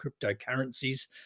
cryptocurrencies